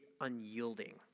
unyielding